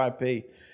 ip